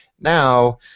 Now